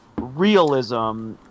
realism